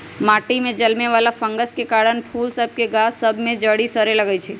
माटि में जलमे वला फंगस के कारन फूल सभ के गाछ सभ में जरी सरे लगइ छै